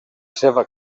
seva